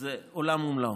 זה עולם ומלואו,